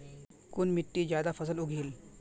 कुन मिट्टी ज्यादा फसल उगहिल?